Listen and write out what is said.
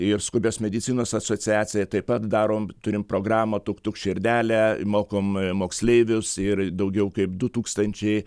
ir skubios medicinos asociacija taip pat darom turim programą tuk tuk širdele mokom moksleivius ir daugiau kaip du tūkstančiai